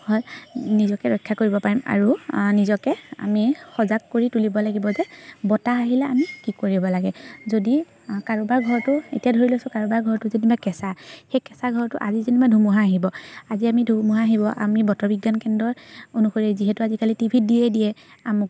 হ'ল নিজকে ৰক্ষা কৰিব পাৰিম আৰু নিজকে আমি সজাগ কৰি তুলিব লাগিব যে বতাহ আহিলে আমি কি কৰিব লাগে যদি কাৰোবাৰ ঘৰটো এতিয়া ধৰি লৈছোঁ কাৰোবাৰ ঘৰটো যেনিবা কেঁচা সেই কেঁচা ঘৰটো আজি যেনিবা ধুমুহা আহিব আজি আমি ধুমুহা আহিব আমি বতৰ বিজ্ঞান কেন্দ্ৰৰ অনুসৰি যিহেতু আজিকালি টিভিত দিয়েই দিয়ে আমুক